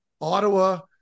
Ottawa